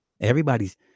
everybody's